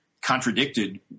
contradicted